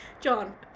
John